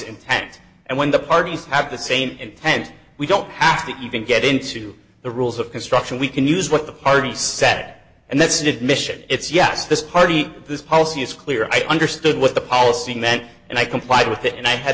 intent and when the parties have the same intent we don't have to even get into the rules of construction we can use what the party sat and that's an admission it's yes this party this policy is clear i understood what the policy meant and i complied with it and i had